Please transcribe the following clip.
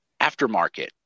aftermarket